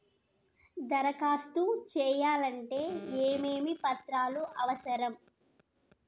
దరఖాస్తు చేయాలంటే ఏమేమి పత్రాలు అవసరం?